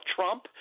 Trump